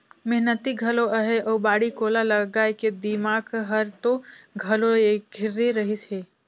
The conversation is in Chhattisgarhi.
मेहनती घलो अहे अउ बाड़ी कोला लगाए के दिमाक हर तो घलो ऐखरे रहिस हे